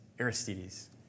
Aristides